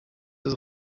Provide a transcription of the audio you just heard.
des